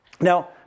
Now